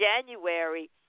January